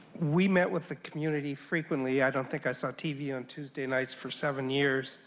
we met with the community frequently. i don't think i saw tv on tuesday nights for seven years